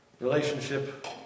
relationship